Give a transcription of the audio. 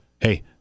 Hey